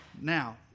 Now